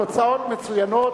התוצאות מצוינות,